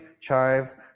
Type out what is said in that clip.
chives